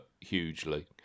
hugely